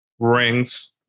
rings